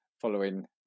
following